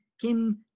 Kim